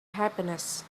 happiness